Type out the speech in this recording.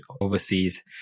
overseas